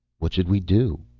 what should we do?